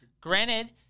Granted